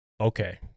okay